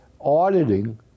auditing